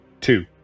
Two